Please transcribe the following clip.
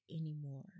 anymore